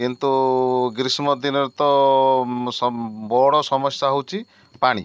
କିନ୍ତୁ ଗ୍ରୀଷ୍ମ ଦିନରେ ତ ବଡ଼ ସମସ୍ୟା ହେଉଛି ପାଣି